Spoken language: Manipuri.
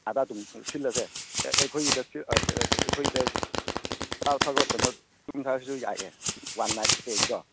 ꯑꯗ ꯑꯗꯨꯝ ꯁꯤꯜꯂꯁꯦ ꯑꯩꯈꯣꯏꯒꯤ ꯑꯩꯈꯣꯏꯗ ꯆꯥꯕ ꯊꯛꯄ ꯀꯩꯅꯣ ꯇꯨꯝꯁꯦ ꯍꯥꯏꯔꯁꯨ ꯌꯥꯏꯌꯦ ꯋꯥꯟ ꯅꯥꯏꯠ ꯁ꯭ꯇꯦꯒꯤꯗꯣ